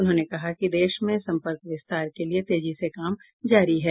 उन्होंने कहा कि देश में सम्पर्क विस्तार के लिए तेजी से काम जारी है